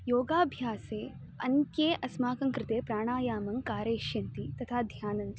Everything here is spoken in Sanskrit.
योगाभ्यासे अन्त्ये अस्माकं कृते प्राणायामं कारयिष्यन्ति तथा ध्यानञ्च